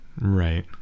Right